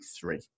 three